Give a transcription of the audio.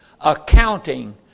accounting